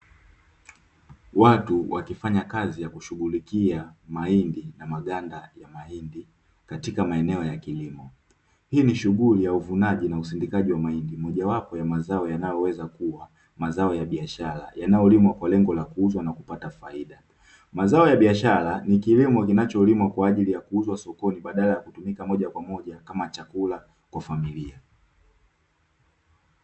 Watu wakifanya kazi ya kushughulikia mahindi na maganda ya mahindi katika maeneo ya kilimo hii ni shughuli ya uvunaji na usindikaji wa mahindi mojawapo ya mazao yanayoweza kuwa mazao ya biashara yanayolimwa kwa lengo la kuuzwa na kupata faida, mazao ya biashara ni kilimo kinacholimwa kwa ajili ya kuuzwa sokoni badala ya kutumika moja kwa moja kama chakula kwa familia.